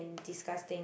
disgusting